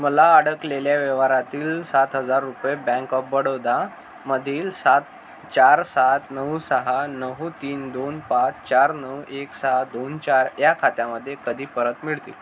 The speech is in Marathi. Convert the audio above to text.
मला अडकलेल्या व्यवहारातील सात हजार रुपये बँक ऑफ बडोदा मधील सात चार सात नऊ सहा नऊ तीन दोन पाच चार नऊ एक सहा दोन चार ह्या खात्यामध्ये कधी परत मिळतील